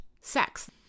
sex